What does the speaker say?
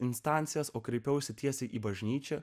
instancijas o kreipiausi tiesiai į bažnyčią